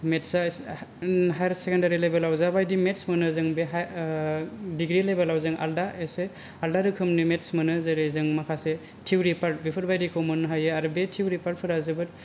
मेटसआ higher secondary लेबेल आव जाबादि मेटस मोनो जों बे डिग्रि लेबेल आव जों आलदा एसे आलदा रोखोमनि मेटस मोनो जेरै जों माखासे थिउरि पार्ट बेफोर बादिखौ मोननो हायो आरो बे थिउरि पार्ट फोरा जोबोत